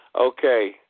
Okay